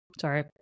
Sorry